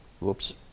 Whoops